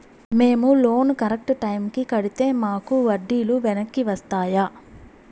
మేము loan correct టైముకి కట్టితే మాకు వడ్డీ లు వెనక్కి వస్తాయా?